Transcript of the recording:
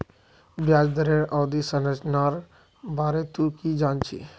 ब्याज दरेर अवधि संरचनार बारे तुइ की जान छि